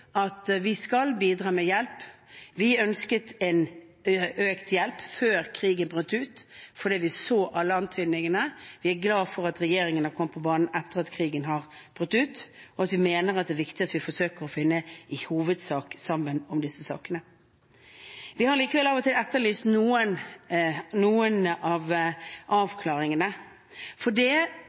at vi skal bidra med hjelp. Vi ønsket økt hjelp før krigen brøt ut, fordi vi så alle antydningene. Vi er glad for at regjeringen har kommet på banen etter at krigen har brutt ut, og vi mener at det er viktig at vi forsøker å finne i hovedsak sammen om disse sakene. Vi har likevel av og til etterlyst noen avklaringer, for det